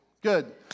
Good